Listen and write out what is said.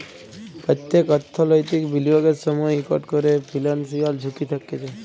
প্যত্তেক অর্থলৈতিক বিলিয়গের সময়ই ইকট ক্যরে ফিলান্সিয়াল ঝুঁকি থ্যাকে যায়